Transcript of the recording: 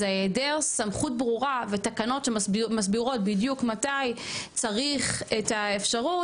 אז היעדר סמכות ברורה ותקנות שמסבירות בדיוק מתי צריך את האפשרות,